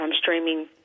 streaming